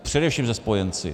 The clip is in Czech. Především se spojenci.